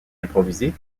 improvisés